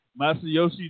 Masayoshi